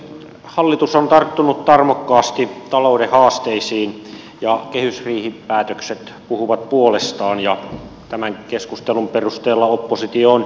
hallitus on tarttunut tarmokkaasti talouden haasteisiin ja kehysriihipäätökset puhuvat puolestaan ja tämänkin keskustelun perusteella oppositio on hämmennyksen tilassa